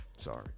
Sorry